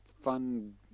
fun